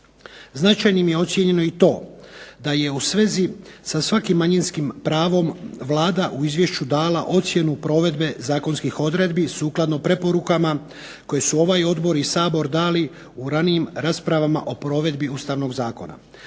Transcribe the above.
Značajnim je ocijenjeno i to da je u svezi sa svakim manjinskim pravom Vlada u izvješću dala provedbe zakonskih odredbi sukladno preporukama koje su ovaj odbor i Sabor dali u ranijim raspravama o provedbi Ustavnog zakona.